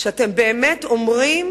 שאתם באמת אומרים